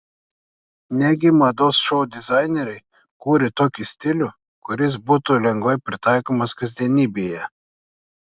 netgi mados šou dizaineriai kūrė tokį stilių kuris būtų lengvai pritaikomas kasdienybėje